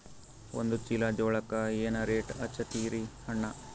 ಒಂದ ಚೀಲಾ ಜೋಳಕ್ಕ ಏನ ರೇಟ್ ಹಚ್ಚತೀರಿ ಅಣ್ಣಾ?